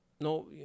no